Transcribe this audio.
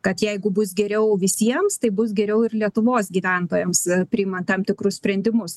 kad jeigu bus geriau visiems taip bus geriau ir lietuvos gyventojams priimant tam tikrus sprendimus